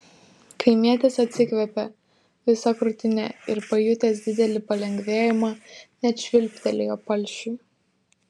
kaimietis atsikvėpė visa krūtine ir pajutęs didelį palengvėjimą net švilptelėjo palšiui